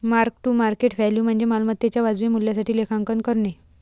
mark to market value म्हणजे मालमत्तेच्या वाजवी मूल्यासाठी लेखांकन करणे